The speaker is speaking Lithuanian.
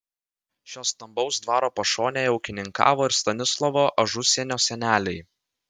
šio stambaus dvaro pašonėje ūkininkavo ir stanislovo ažusienio seneliai